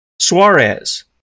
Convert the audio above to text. Suarez